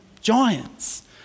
giants